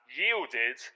yielded